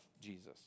Jesus